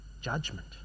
judgment